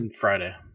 friday